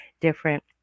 different